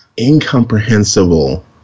incomprehensible